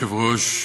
אדוני היושב-ראש,